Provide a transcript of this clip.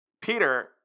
Peter